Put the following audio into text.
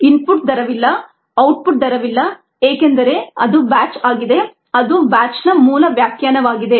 ಇಲ್ಲಿ ಇನ್ಪುಟ್ ದರವಿಲ್ಲ ಔಟ್ಪುಟ್ ದರವಿಲ್ಲ ಏಕೆಂದರೆ ಅದು ಬ್ಯಾಚ್ ಆಗಿದೆ ಅದು ಬ್ಯಾಚ್ ನ ಮೂಲ ವ್ಯಾಖ್ಯಾನವಾಗಿದೆ